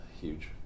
huge